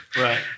right